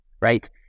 right